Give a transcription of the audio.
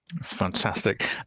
Fantastic